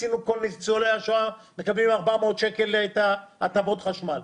עשינו שכל ניצולי השואה מקבלים 400 שקל להטבות חשמל.